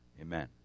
amen